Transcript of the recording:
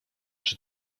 czy